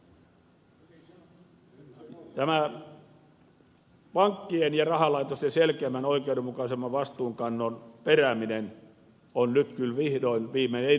tämä pankkien ja rahalaitosten selkeämmän oikeudenmukaisemman vastuunkannon perääminen on nyt kyllä vihdoin viimein